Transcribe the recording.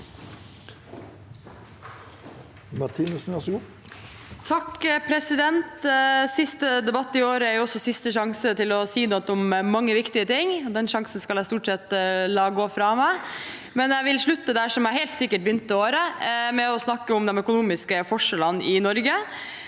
(R) Siste de- batt i år er også siste sjanse til å si noe om mange viktige ting. Den sjansen skal jeg stort sett la gå fra meg. Jeg vil slutte der jeg helt sikkert begynte året, med å snakke om de økonomiske forskjellene i Norge,